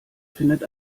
findet